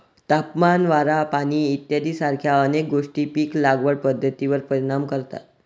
तापमान, वारा, पाणी इत्यादीसारख्या अनेक गोष्टी पीक लागवड पद्धतीवर परिणाम करतात